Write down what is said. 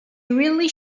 really